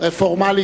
פורמלית,